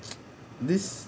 this